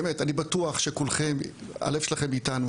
באמת, אני בטוח שכולכם, הלב שלכם איתנו.